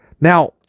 Now